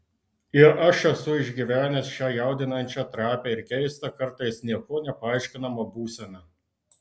ir aš esu išgyvenęs šią jaudinančią trapią ir keistą kartais niekuo nepaaiškinamą būseną